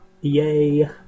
yay